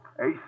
Ace